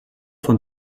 von